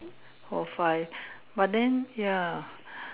all five but then ya